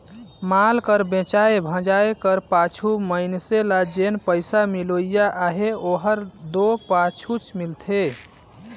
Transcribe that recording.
माल कर बेंचाए भंजाए कर पाछू मइनसे ल जेन पइसा मिलोइया अहे ओहर दो पाछुच मिलथे